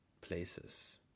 places